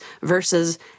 versus